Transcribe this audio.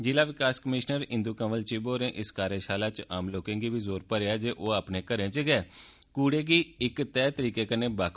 जिला विकास कमीशनर इंदू कंवल चिब होरें इस कार्यशाला च आम लोकें गी बी जोर भरेआ जे ओ अपने घरें च गै कूड़े गी इक तैह तरीके कन्ने बक्ख बक्ख रक्खन